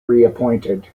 reappointed